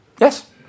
Yes